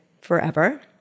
forever